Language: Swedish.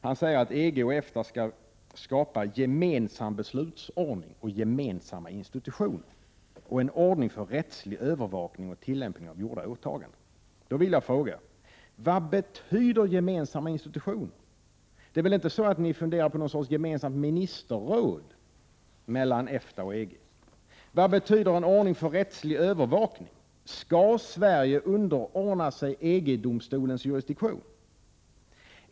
Han säger att EG och EFTA skall skapa en ”gemensam beslutsordning och gemensamma institutioner” och ”en ordning för rättslig övervakning och tillämpning av gjorda åtaganden”. Då vill jag fråga: Vad betyder ”gemensamma institutioner”? Det är väl inte så, att ni funderar på någon sorts gemensamt ministerråd när det gäller EFTA och EG? Vad betyder ”en ordning för rättslig övervakning”? Skall Sverige underordnas EG-domstolens jurisdiktion?